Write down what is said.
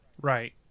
right